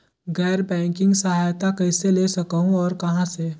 गैर बैंकिंग सहायता कइसे ले सकहुं और कहाँ से?